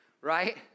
right